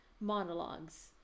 monologues